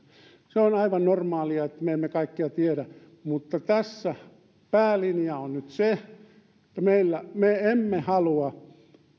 se on aivan normaalia että me emme kaikkea tiedä mutta tässä päälinja on nyt se että me emme halua